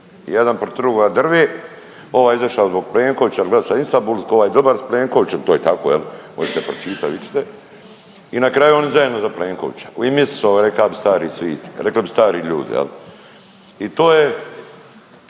jedan protiv drugoga drve, ovaj došao zbog Plenkovića, glasa Istanbulsku, ovaj dobar s Plenkovićem to je tako jel, možete pročitat vidit ćete i na kraju oni zajedno za Plenkovića. U ime Isusovo, reka bi stari svit, rekli bi stari ljudi jel. I to je